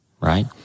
right